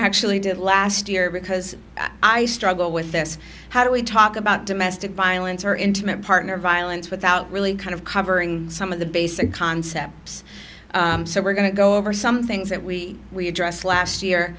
actually did last year because i struggle with this how do we talk about domestic violence or intimate partner violence without really kind of covering some of the basic concepts so we're going to go over some things that we we address last year